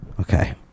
Okay